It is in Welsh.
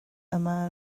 yma